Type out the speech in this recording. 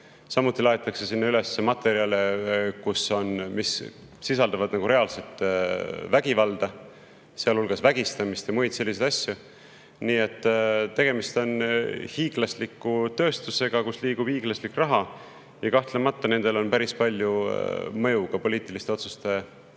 Samuti laaditakse sinna üles materjale, mis sisaldavad reaalset vägivalda, sealhulgas vägistamist ja muid selliseid asju. Nii et tegemist on hiiglasliku tööstusega, kus liigub hiiglaslik raha, ja kahtlemata on sellel päris suur mõju ka poliitiliste otsuste